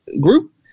group